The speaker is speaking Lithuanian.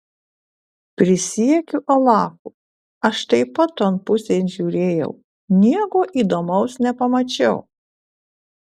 prisiekiu alachu aš taip pat ton pusėn žiūrėjau nieko įdomaus nepamačiau